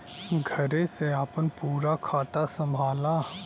घरे से आपन पूरा खाता संभाला